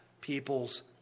people's